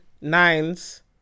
Nines